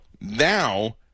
Now